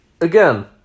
again